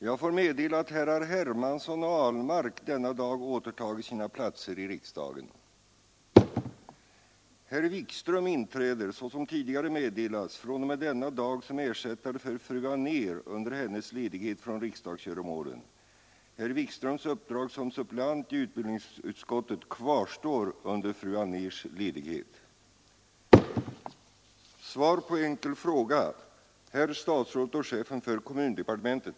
Jag får meddela att herrar Hermansson och Ahlmark denna dag återtagit sina platser i riksdagen. Herr Wikström inträder — såsom tidigare meddelats — fr.o.m. denna dag som ersättare för fru Anér under hennes ledighet från riksdagsgöromålen. Herr Wikströms uppdrag som suppleant i utbildningsutskottet kvarstår under fru Anérs ledighet.